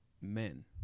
men